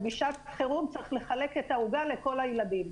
ובשעת חירום צריך לחלק את העוגה לכל הילדים.